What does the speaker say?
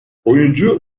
oyuncu